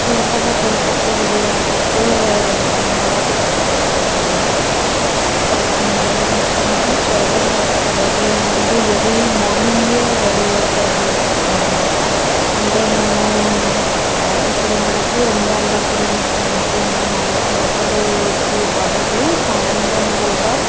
చేపల వేటకు వెళ్ళేటప్పుడు నేను ఎలా సిద్దమవుతాను అంటే మేము ఏం చేస్తాము అంటే చేపల వేటకు వెళ్ళే ముందు ఎర్లీ మార్నింగే రెడీ అవుపోయి వెళ్ళిపోతాము అనమాట అంటే మేము ఇప్పుడు మనకి ఎండ ఉండేటప్పుడు మిట్ట మధ్యాహ్నం అలా చేపలు ఎక్కువ పడవు సాయంత్రం పూట